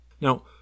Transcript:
now